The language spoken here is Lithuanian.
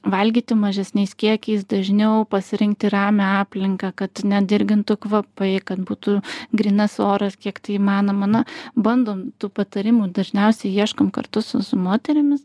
valgyti mažesniais kiekiais dažniau pasirinkti ramią aplinką kad nedirgintų kvapai kad būtų grynas oras kiek tai įmanoma na bandom tų patarimų dažniausiai ieškom kartu su su moterimis